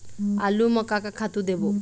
आलू म का का खातू देबो?